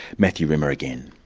matthew rimmer again.